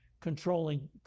controlling